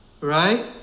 right